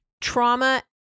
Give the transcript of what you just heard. trauma